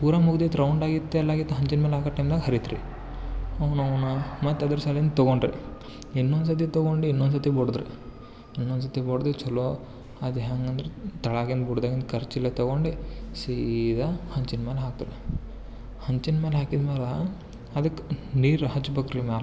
ಪೂರಾ ಮುಗಿದೈತ್ ರೌಂಡಾಗಿತ್ತು ಎಲ್ಲಾಗಿತ್ತು ಹಂಚಿನಮೇಲೆ ಹಾಕೋ ಟೈಮಿಗೆ ಹರಿತ್ರಿ ಅವ್ನೌವ್ನ ಮತ್ತು ಅದರ ಸಲುಂದ ತಗೋಂಡ್ರಿ ಇನೊಂದುಸರ್ತಿ ತಗೊಂಡು ಇನೊಂದುಸರ್ತಿ ಬಡಿದ್ರಿ ಇನೊಂದುಸರ್ತಿ ಬಡ್ದು ಚಲೋ ಅದು ಹೇಗಂದ್ರೆ ಕೆಳಗಿಂದು ಬಿಡ್ದಂಗ್ ಕರ್ಚಿಲ್ಲ ತಗೊಂಡು ಸೀದಾ ಹಂಚಿನಮೇಲೆ ಹಾಕಿದೆ ಹಂಚಿನಮೇಲೆ ಹಾಕಿದಮೇಲೆ ಅದಕ್ಕೆ ನೀರು ಹಚ್ಬೇಕ್ರಿ ಮೇಲೆ